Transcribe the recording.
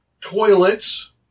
toilets